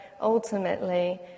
ultimately